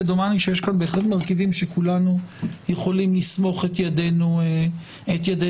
ודומני שיש כאן בהחלט מרכיבים שכולנו יכולים לסמוך את ידנו עליהם.